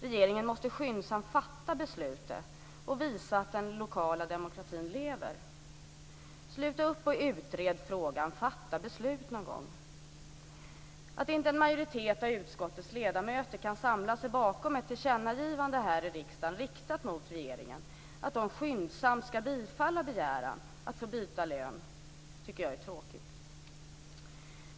Regeringen måste skyndsamt fatta beslutet och visa att den lokala demokratin lever. Sluta upp med att utreda frågan, fatta beslut någon gång! Att inte en majoritet av utskottets ledamöter kan samla sig bakom ett tillkännagivande här i riksdagen riktat mot regeringen om att den skyndsamt ska bifalla begäran att få byta län tycker jag är tråkigt.